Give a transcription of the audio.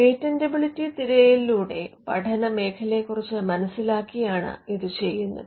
patentability തിരയലിലൂടെ പഠനമേഖലയെ കുറിച്ച് മനസിലാക്കിയാണ് ഇത് ചെയ്യുന്നത്